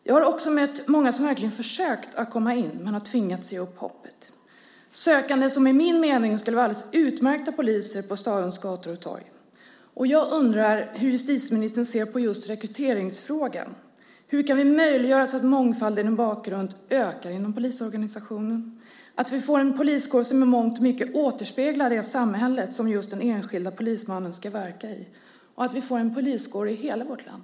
Jag har också mött många som verkligen försökt att komma in men har tvingats ge upp hoppet. Det är sökande som enligt min mening skulle vara alldeles utmärkta poliser på stadens gator och torg. Jag undrar hur justitieministern ser på rekryteringsfrågan. Hur kan vi möjliggöra så att mångfalden i bakgrund ökar inom polisorganisationen, att vi får en poliskår som i mångt och mycket återspeglar det samhälle som den enskilda polismannen ska verka i och att vi får en poliskår i hela vårt land?